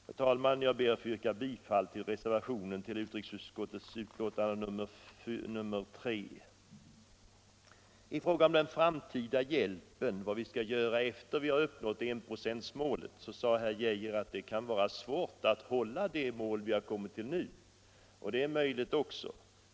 Herr talman! Jag ber att få yrka bifall till reservationen vid utrikesutskottets betänkande nr 3. I fråga om den framtida hjälpen efter enprocentsmålets uppnående sade herr Geijer att det kan vara svårt att upprätthålla den nivå vi nu har uppnått, och det är också möjligt.